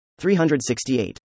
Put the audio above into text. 368